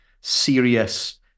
serious